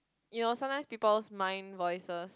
you know sometimes people mind voices